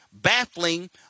baffling